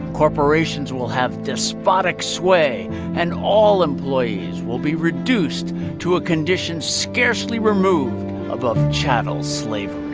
corporations will have despotic sway and all employees will be reduced to a condition scarcely removed above chattel slavery